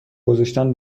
گذاشتن